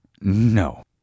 No